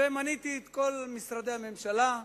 ומניתי את כל משרדי הממשלה.